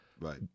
right